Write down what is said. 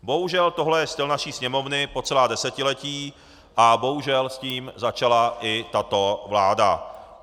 Bohužel toto je styl naší Sněmovny po celá desetiletí a bohužel s tím začala i tato vláda.